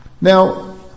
Now